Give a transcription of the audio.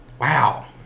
Wow